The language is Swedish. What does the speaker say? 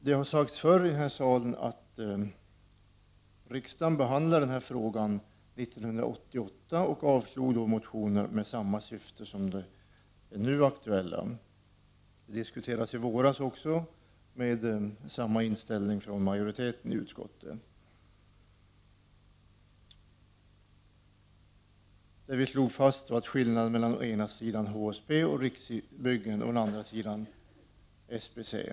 Det har sagts förr i denna sal att riksdagen behandlade denna fråga 1988 och då avslog motioner med samma syfte som de nu aktuella. Detta diskuterade vi också i våras, och majoriteten i utskottet hade då samma inställning som nu. Vi slog i den debatten fast skillnaden mellan å ena sidan HSB och Riksbyggen och å andra sidan SBC.